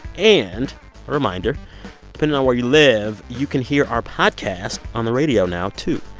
and a reminder depending on where you live, you can hear our podcast on the radio now, too.